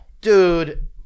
Dude